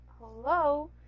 hello